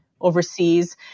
overseas